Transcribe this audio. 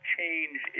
change